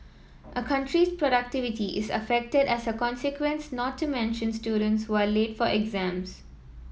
a country's productivity is affected as a consequence not to mention students who are late for exams